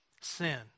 sin